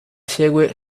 segue